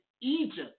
Egypt